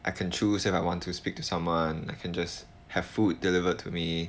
I can choose if I want to speak to someone I can just have food delivered to me